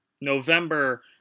November